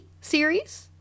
series